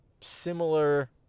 similar